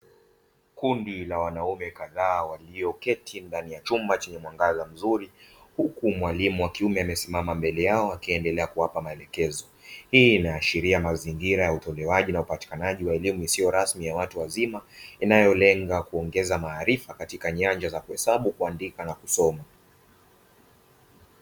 Kundi la wanaume kadhaa walioketi ndani ya chumba chenye mwangaza mzuri, huku mwalimu wa kiume amesimama mbele yao akiendelea kuwapa maelekezo. Hii inaashiria mazingira ya utolewaji na upatikanaji wa elimu isiyo rasmi ya watu wazima inayolenga kuongeza maarifa katika nyanja za kuhesabu, kuandika na kusoma.